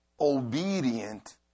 obedient